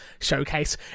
Showcase